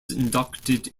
inducted